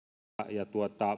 ja